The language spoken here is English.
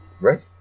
Right